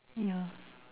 yeah